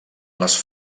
les